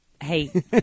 Hey